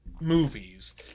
movies